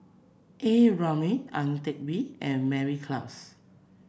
A Ramli Ang Teck Bee and Mary Klass